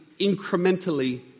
incrementally